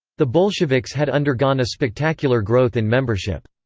the bolsheviks had undergone a spectacular growth in membership.